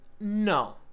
No